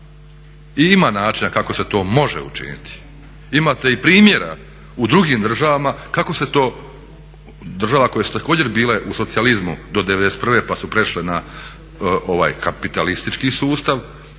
I ima načina kako se to može učiniti. Imate i primjera u drugim državama kako se to, država koje su također bile u socijalizmu do 91. pa su prešle na ovaj kapitalistički sustav,